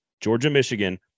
Georgia-Michigan